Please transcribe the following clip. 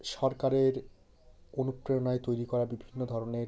সরকারের অনুপ্রেরণায় তৈরি করা বিভিন্ন ধরনের